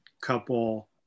couple